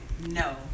no